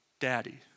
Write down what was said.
Daddy